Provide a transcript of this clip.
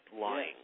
lying